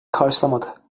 karşılamadı